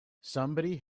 somebody